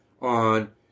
on